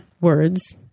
words